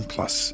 Plus